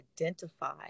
identify